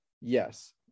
Yes